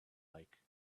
like